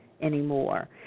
anymore